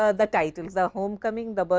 ah the titles the home coming, the but